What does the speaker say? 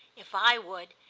if i would,